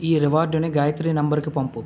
ఈ రివార్డును గాయత్రి నంబరుకి పంపు